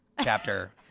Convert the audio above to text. chapter